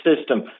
system